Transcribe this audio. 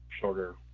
shorter